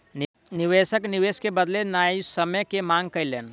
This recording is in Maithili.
निवेशक निवेश के बदले न्यायसम्य के मांग कयलैन